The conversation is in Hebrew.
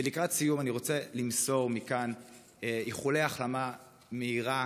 ולקראת סיום אני רוצה למסור מכאן איחולי החלמה מהירה